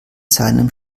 seinem